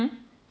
mmhmm